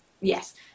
yes